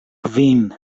kvin